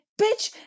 Bitch